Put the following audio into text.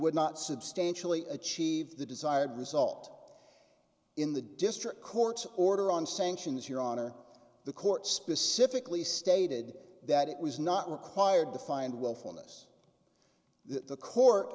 would not substantially achieve the desired result in the district court order on sanctions your honor the court specifically stated that it was not required to find willfulness the co